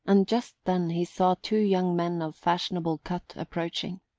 and just then he saw two young men of fashionable cut approaching.